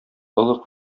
олы